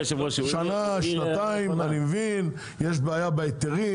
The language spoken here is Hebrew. אם תגידו שנה שנתיים אני מבין, יש בעיה בהיתרים.